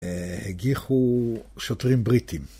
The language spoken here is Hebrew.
הגיחו שוטרים בריטים.